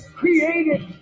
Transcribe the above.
created